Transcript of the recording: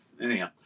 Anyhow